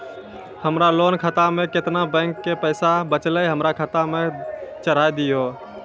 हमरा लोन खाता मे केतना बैंक के पैसा बचलै हमरा खाता मे चढ़ाय दिहो?